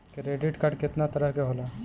Credit card कितना तरह के होला?